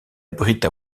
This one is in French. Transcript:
abrite